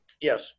Yes